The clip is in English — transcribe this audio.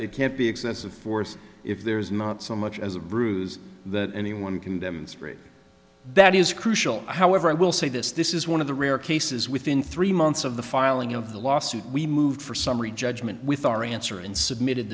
it can't be excessive force if there is not so much as a bruise that anyone can demonstrate that is crucial however i will say this this is one of the rare cases within three months of the filing of the lawsuit we moved for summary judgment with our answer and submitted